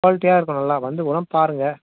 குவாலிட்டியாக இருக்கும் நல்லா வந்து கூட பாருங்கள்